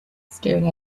staring